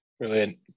Brilliant